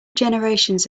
generations